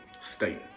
state